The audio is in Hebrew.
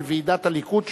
בוועידת הליכוד,